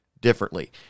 differently